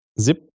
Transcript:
Zip